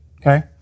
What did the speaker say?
Okay